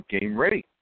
game-ready